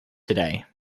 today